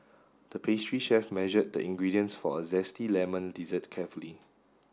the pastry chef measured the ingredients for a zesty lemon dessert carefully